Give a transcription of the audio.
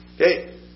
okay